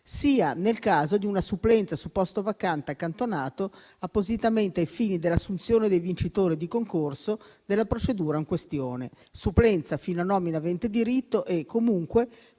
sia nel caso di una supplenza su posto vacante accantonato appositamente ai fini dell'assunzione dei vincitori di concorso della procedura in questione; supplenza fino a nomina avente diritto e comunque